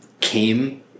came